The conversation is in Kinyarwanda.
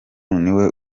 niwe